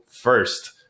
first